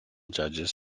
judges